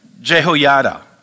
Jehoiada